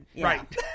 Right